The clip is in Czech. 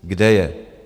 Kde je?